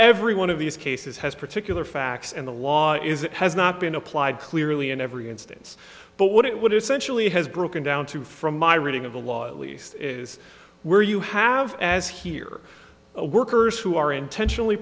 every one of these cases has particular facts and the law is it has not been applied clearly in every instance but what it would essentially has broken down to from my reading of the law at least is where you have as here workers who are intentionally